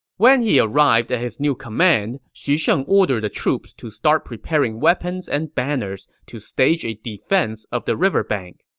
when he arrived at his new command, xu sheng ordered the troops to prepare and weapons and banners to stage a defense of the river bank.